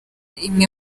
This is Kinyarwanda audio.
imwe